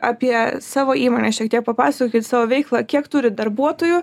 apie savo įmonę šiek tiek papasakokit savo veiklą kiek turi darbuotojų